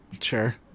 Sure